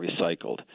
recycled